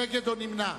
נגד או נמנע.